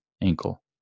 ankle